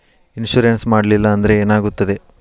Insurance ಮಾಡಲಿಲ್ಲ ಅಂದ್ರೆ ಏನಾಗುತ್ತದೆ?